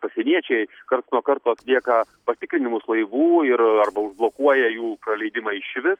pasieniečiai karts nuo karto atlieka patikrinimus laivų ir arba užblokuoja jų praleidimą išvis